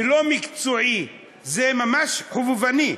ולא מקצועי, זה ממש חובבני,